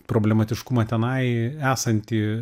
problematiškumą tenai esantį